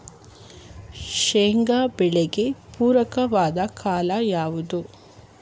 ಶೇಂಗಾ ಬೆಳೆಗೆ ಪೂರಕವಾದ ಕಾಲ ಯಾವುದು?